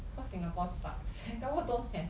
because Singapore sucks Singapore don't have